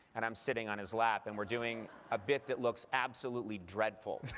and i'm sitting on his lap, and we're doing a bit that looks absolutely dreadful.